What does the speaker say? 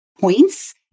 points